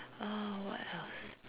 uh what else